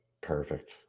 Perfect